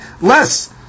less